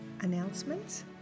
announcements